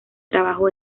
trabajo